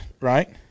right